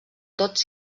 tots